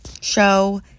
show